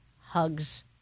hugs